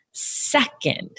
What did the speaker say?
second